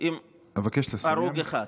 עם הרוג אחד.